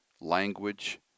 language